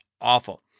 awful